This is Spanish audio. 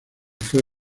fue